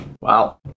Wow